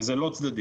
זה לא צדדית,